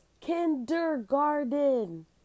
kindergarten